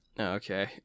Okay